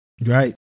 Right